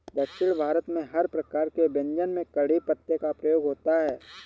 दक्षिण भारत में हर प्रकार के व्यंजन में कढ़ी पत्ते का प्रयोग होता है